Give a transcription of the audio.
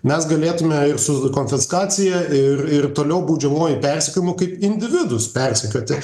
mes galėtume ir su konfiskacija ir ir toliau baudžiamuoju persekiojimu kaip individus persekioti